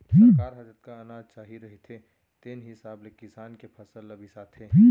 सरकार ल जतका अनाज चाही रहिथे तेन हिसाब ले किसान के फसल ल बिसाथे